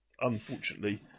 unfortunately